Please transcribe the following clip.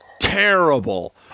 Terrible